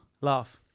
Laugh